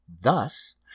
Thus